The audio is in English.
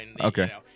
Okay